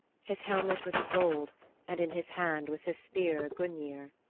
his helmet was of gold and in his hand was his spear gungnir.